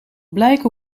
blijken